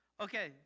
Okay